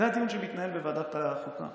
זה הדיון שמתנהל בוועדת החוקה.